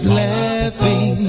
laughing